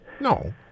No